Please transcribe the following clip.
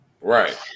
Right